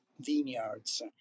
vineyards